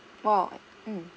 oh mm